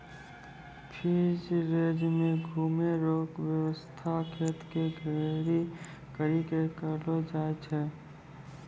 free range मे घुमै रो वेवस्था खेत के घेरी करी के करलो जाय छै